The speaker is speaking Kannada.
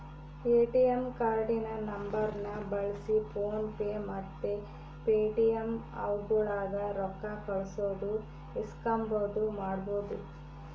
ಎ.ಟಿ.ಎಮ್ ಕಾರ್ಡಿನ ನಂಬರ್ನ ಬಳ್ಸಿ ಫೋನ್ ಪೇ ಮತ್ತೆ ಪೇಟಿಎಮ್ ಆಪ್ಗುಳಾಗ ರೊಕ್ಕ ಕಳ್ಸೋದು ಇಸ್ಕಂಬದು ಮಾಡ್ಬಹುದು